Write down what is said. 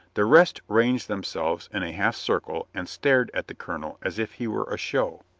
the rest ranged themselves in a half circle and stared at the colonel as if he were a show.